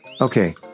Okay